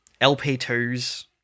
LP2s